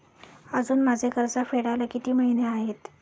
अजुन माझे कर्ज फेडायला किती महिने आहेत?